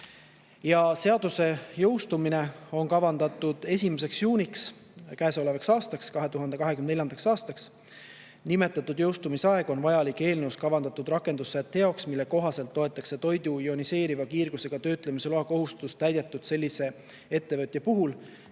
Seaduse jõustumine on kavandatud 1. juuniks käesolevaks aastaks, 2024. aastaks. Nimetatud jõustumisaeg on vajalik eelnõus kavandatud rakendussätte jaoks, mille kohaselt loetakse toidu ioniseeriva kiirgusega töötlemise loakohustus täidetuks sellise ettevõtja puhul,